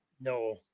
No